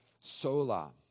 sola